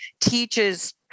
teaches